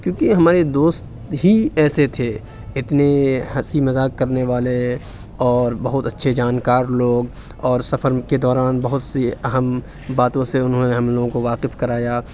کیونکہ ہمارے دوست ہی ایسے تھے اتنے ہنسی مذاق کرنے والے اور بہت اچھے جانکار لوگ اور سفر کے دوران بہت سی اہم باتوں سے انہوں نے ہم لوگوں کو واقف کرایا